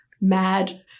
mad